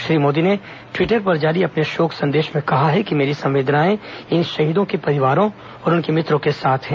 श्री मोदी ने टिवटर पर जारी अपने शोक संदेश में कहा है कि मेरी संवेदनाएं इन शहीदों के परिवारों और उनके मित्रों के साथ है